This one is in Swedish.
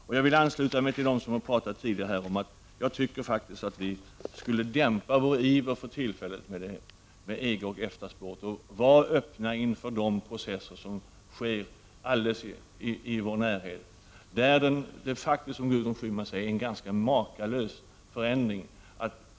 Jag vill ansluta mig till dem som tidigare här har talat om att vi skulle dämpa vår iver i denna fråga för tillfället. Var öppna inför de processer som sker i vår omedelbara närhet! Som Gudrun Schyman säger är det en ganska makalös förändring som pågår.